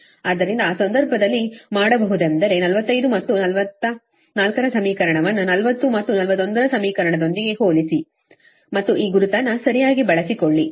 ಆದ್ದರಿಂದ ಆ ಸಂದರ್ಭದಲ್ಲಿ ಮಾಡಬಹುದೆಂದರೆ 44 ಮತ್ತು 45 ಸಮೀಕರಣವನ್ನು equation 44 45 40 ಮತ್ತು 41 ರ ಸಮೀಕರಣದೊಂದಿಗೆ equation 40 41 ಹೋಲಿಸಿ ಮತ್ತು ಈ ಗುರುತನ್ನು ಸರಿಯಾಗಿ ಬಳಸಿಕೊಳ್ಳಿ